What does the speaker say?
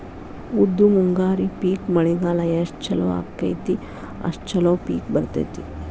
ಉದ್ದು ಮುಂಗಾರಿ ಪಿಕ್ ಮಳಿಗಾಲ ಎಷ್ಟ ಚಲೋ ಅಕೈತಿ ಅಷ್ಟ ಚಲೋ ಪಿಕ್ ಬರ್ತೈತಿ